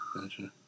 Gotcha